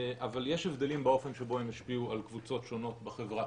אבל יש הבדלים באופן שבו הם השפיעו על קבוצות שונות בחברה.